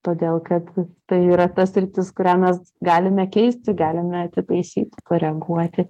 todėl kad tai yra ta sritis kurią mes galime keisti galime atitaisyti koreguoti